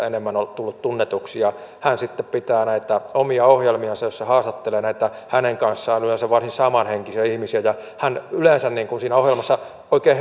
enemmän tullut tunnetuksi aikuisviihteestä ja hän sitten pitää näitä omia ohjelmiansa joissa hän haastattelee näitä hänen kanssaan yleensä varsin samanhenkisiä ihmisiä hän yleensä siinä ohjelmassa oikein